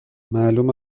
معلومه